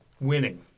winning